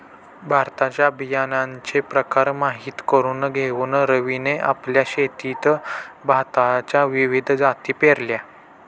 भाताच्या बियाण्याचे प्रकार माहित करून घेऊन रवीने आपल्या शेतात भाताच्या विविध जाती पेरल्या